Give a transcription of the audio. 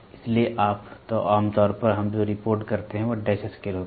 इसलिए आम तौर पर हम जो रिपोर्ट करते हैं वह डैश स्केल है